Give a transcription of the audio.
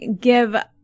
give